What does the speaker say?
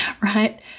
right